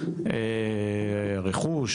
הרכוש,